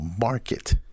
market